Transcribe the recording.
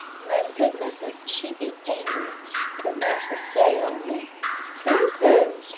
then good mississ she be angry but massa say only poo! poo!